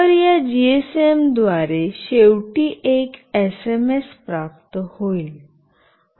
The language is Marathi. तर या जीएसएमद्वारे शेवटी एक एसएमएस प्राप्त होईल